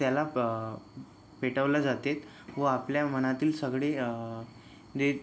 त्याला प पेटवल्या जातेत व आपल्या मनातील सगळे जे